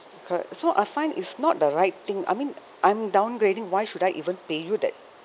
c~ so I find it's not the right thing I mean I'm downgrading why should I even pay you that